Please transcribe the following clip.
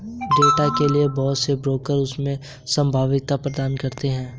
data के लिये बहुत से ब्रोकर इसमें सहभागिता प्रदान करते हैं